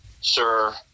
sir